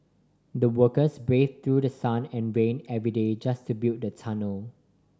the workers braved through the sun and rain every day just to build the tunnel